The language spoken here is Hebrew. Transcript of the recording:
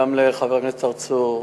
וגם לחבר הכנסת צרצור.